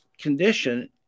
condition